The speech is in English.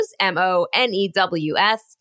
M-O-N-E-W-S